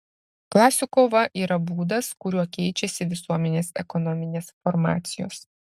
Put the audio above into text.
klasių kova yra būdas kuriuo keičiasi visuomenės ekonominės formacijos